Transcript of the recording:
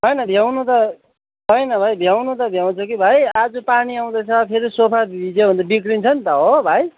होइन भ्याउनु त होइन भाइ भ्याउनु त भ्याउँछु कि भाइ आज पानी आउँदैछ फेरि सोफा भिज्यो भने त बिग्रन्छ नि त हो भाइ